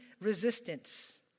resistance